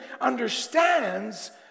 understands